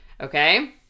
Okay